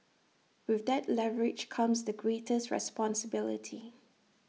with that leverage comes the greatest responsibility